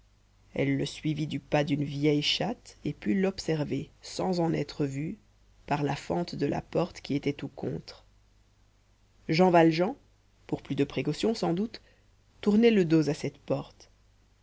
elle le suivit du pas d'une vieille chatte et put l'observer sans en être vue par la fente de la porte qui était tout contre jean valjean pour plus de précaution sans doute tournait le dos à cette porte